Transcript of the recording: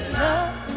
love